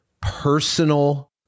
personal